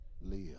live